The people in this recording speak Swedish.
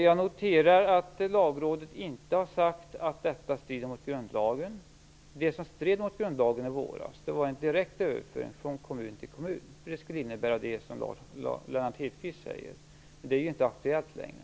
Jag noterar att Lagrådet inte har sagt att detta strider mot grundlagen. Det som stred mot grundlagen i våras var en direkt överföring från kommun till kommun. Det skulle innebär det som Lennart Hedquist säger. Men det är ju inte aktuellt längre.